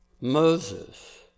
Moses